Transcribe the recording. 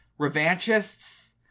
revanchists